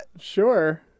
sure